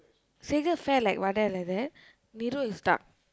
Sekar fair like Vadai like that Niru is dark